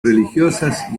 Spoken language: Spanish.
religiosas